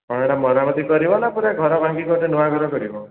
କ'ଣ ଏଇଟା ମରାମତି କରିବ ନା ପୁରା ଘର ଭାଙ୍ଗି ଗୋଟେ ନୂଆ ଘର କରିବ